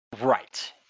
Right